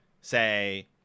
say